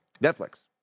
Netflix